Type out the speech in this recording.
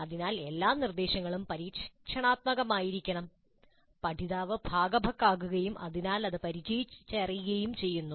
അതിനാൽ എല്ലാ നിർദ്ദേശങ്ങളും പരീക്ഷണാത്മകമായിരിക്കണം പഠിതാവ് ഒരു ഭാഗഭാക്കാകുകയും അതിനാൽ അത് പരിചയിച്ചറിയുകയും ചെയ്യുന്നു